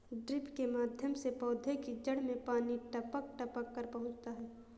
drip के माध्यम से पौधे की जड़ में पानी टपक टपक कर पहुँचता है